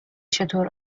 چطور